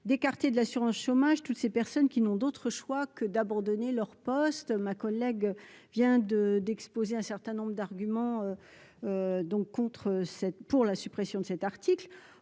d'écarter de l'assurance chômage, toutes ces personnes qui n'ont d'autre choix que d'abandonner leur poste, ma collègue vient de d'exposer un certain nombre d'arguments donc contre 7 pour la suppression de cet article,